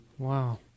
Wow